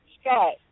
Scott